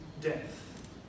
death